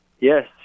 Yes